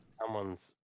someone's